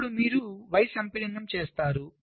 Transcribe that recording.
ఇప్పుడు మీరు y సంపీడనం చేస్తారు